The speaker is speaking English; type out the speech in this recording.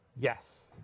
Yes